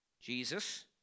Jesus